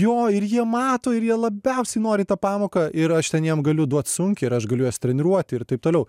jo ir jie mato ir jie labiausiai nori į tą pamoką ir aš ten jiem galiu duot sunkiai ir aš galiu juos treniruoti ir taip toliau